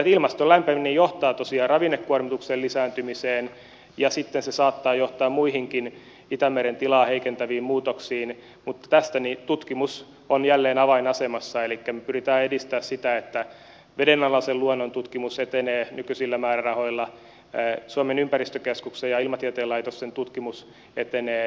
ilmaston lämpeneminen johtaa tosiaan ravinnekuormituksen lisääntymiseen ja sitten se saattaa johtaa muihinkin itämeren tilaa heikentäviin muutoksiin mutta tässä tutkimus on jälleen avainasemassa elikkä me pyrimme edistämään sitä että vedenalaisen luonnon tutkimus etenee nykyisillä määrärahoilla suomen ympäristökeskuksen ja ilmatieteen laitoksen tutkimus etenee